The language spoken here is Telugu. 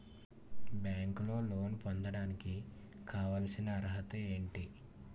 బ్యాంకులో లోన్ పొందడానికి కావాల్సిన అర్హత ఏంటి?